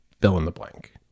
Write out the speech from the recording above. fill-in-the-blank